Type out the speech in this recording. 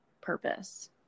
purpose